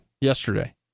yesterday